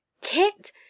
Kit